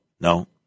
No